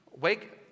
wake